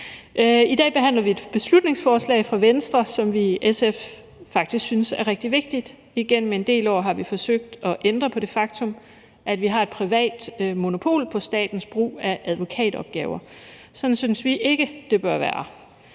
I dag behandler vi et beslutningsforslag fra Venstre, som vi i SF faktisk synes er rigtig vigtigt. Igennem en del år har vi forsøgt at ændre på det faktum, at vi har et privat monopol på statens brug af advokatopgaver. Sådan synes vi ikke det bør være,